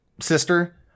sister